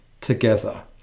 together